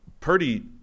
Purdy